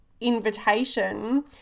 Invitation